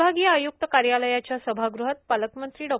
विभागीय आयुक्त कार्यालयाच्या सभागृहात पालकमंत्री डॉ